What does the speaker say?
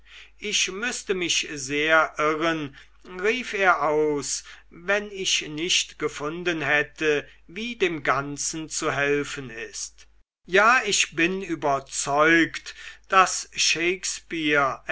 ich müßte mich sehr irren rief er aus wenn ich nicht gefunden hätte wie dem ganzen zu helfen ist ja ich bin überzeugt daß shakespeare